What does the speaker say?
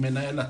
עם מנהל אתר.